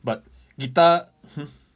but guitar hmm